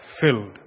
filled